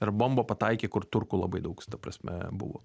ir bomba pataikė kur turkų labai daug ta prasme buvo